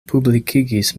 publikigis